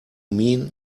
mean